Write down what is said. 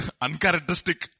uncharacteristic